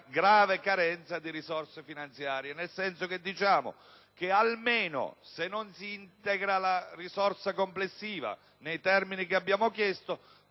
grave carenza di risorse finanziarie. Sosteniamo cioè che almeno, se non si integra la risorsa complessiva nei termini che abbiamo chiesto,